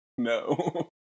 No